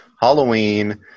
Halloween